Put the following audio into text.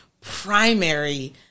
primary